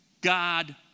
God